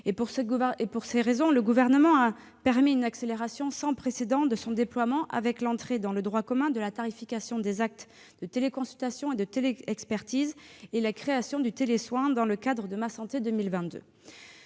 Pour ces raisons, le Gouvernement a permis une accélération sans précédent de son déploiement, avec l'entrée dans le droit commun de la tarification des actes de téléconsultation et de téléexpertise, et la création du télésoin dans le cadre de « Ma santé 2022